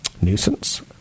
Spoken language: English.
nuisance